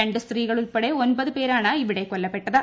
രണ്ട് സ്ത്രീകൾ ഉൾപ്പെടെ ഒമ്പത് പേരാണ് ഇവിടെ കൊല്പപ്പെട്ടത്